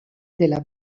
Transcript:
della